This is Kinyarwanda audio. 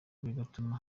bigatuma